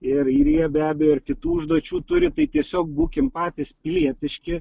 ir ir jie be abejo ir kitų užduočių turi tai tiesiog būkim patys pilietiški